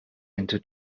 into